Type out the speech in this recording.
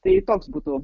tai toks būtų